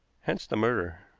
hence the murder.